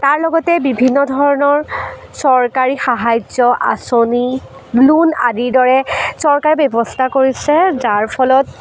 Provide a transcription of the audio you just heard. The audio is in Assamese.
তাৰ লগতেই বিভিন্ন ধৰণৰ চৰকাৰী সাহাৰ্য্য আঁচনি লোন আদিৰ দৰে চৰকাৰে ব্যৱস্থা কৰিছে যাৰ ফলত